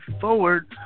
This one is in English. forward